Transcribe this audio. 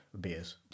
beers